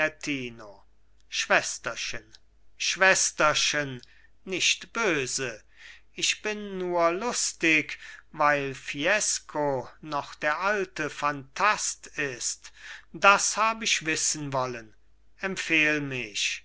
gianettino schwesterchen schwesterchen nicht böse ich bin nur lustig weil fiesco noch der alte phantast ist das hab ich wissen wollen empfehl mich